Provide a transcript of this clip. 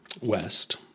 West